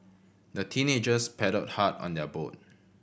the teenagers paddled hard on their boat